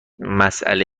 مساله